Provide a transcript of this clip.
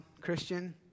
Christian